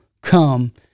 come